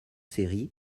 série